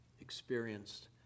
experienced